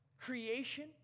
Creation